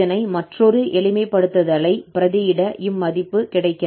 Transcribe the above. இதனை மற்றொரு எளிமைப்படுத்தலை பிரதியிட இம்மதிப்பு கிடைக்கிறது